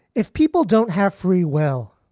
if people don't have free well,